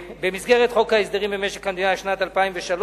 במסגרת חוק ההסדרים במשק המדינה לשנת 2003,